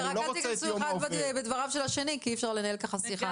אל תיכנסו האחד בדבריו של השני כי אי אפשר לנהל כך שיחה.